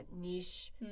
niche